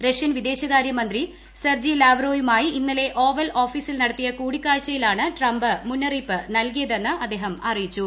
Russian വിദേശകാര്യമന്ത്രി Sergei ലാവ്റോയുമായി ഇന്നലെ ഓവൽ ഓഫീസിൽ നടത്തിയ കൂടിക്കാഴ്ചയിലാണ് ട്രംപ് മുന്നറിയിപ്പ് നൽകിയതെന്ന് വൈറ്റ് ഹൌസ് അറിയിച്ചു